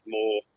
more